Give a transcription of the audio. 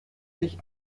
sich